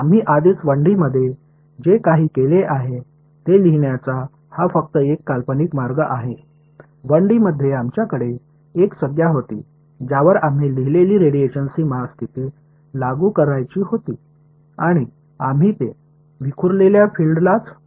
आम्ही आधीच 1 डी मध्ये जे काही केले आहे ते लिहिण्याचा हा फक्त एक काल्पनिक मार्ग आहे 1 डी मध्ये आमच्याकडे एक संज्ञा होती ज्यावर आम्ही लिहिलेली रेडिएशन सीमा स्थिती लागू करायची होती आणि आम्ही ते विखुरलेल्या फील्डलाच लादू शकू